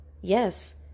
yes